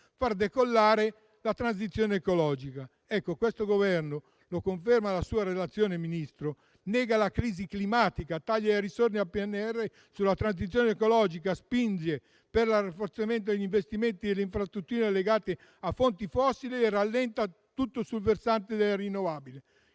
far decollare la transizione ecologica. Ecco, questo Governo - lo conferma la sua relazione, Ministro - nega la crisi climatica, taglia le risorse al PNRR sulla transizione ecologica, spinge per il rafforzamento degli investimenti e le infrastrutture legate a fonti fossili e rallenta tutto sul versante delle rinnovabili,